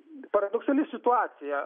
paradoksali situacija